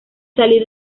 salir